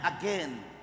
again